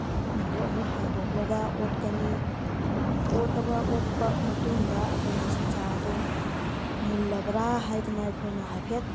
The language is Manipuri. ꯃꯈꯨꯝꯗꯣ ꯑꯃꯨꯛ ꯍꯥꯡꯗꯣꯛꯂꯒ ꯑꯣꯠꯀꯅꯤ ꯑꯣꯠꯂꯕ ꯑꯣꯠꯄ ꯃꯇꯨꯡꯗ ꯑꯩꯈꯣꯏꯅ ꯁꯟꯁꯥ ꯑꯗꯣ ꯃꯨꯜꯂꯕ꯭ꯔꯥ ꯍꯥꯏꯗꯅ ꯑꯩꯈꯣꯏꯅ ꯍꯥꯏꯐꯦꯠ